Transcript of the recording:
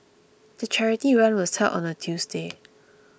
the charity run was held on a Tuesday